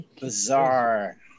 bizarre